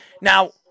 now